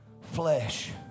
Flesh